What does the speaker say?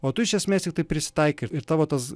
o tu iš esmės tiktai prisitaikai ir tavo tas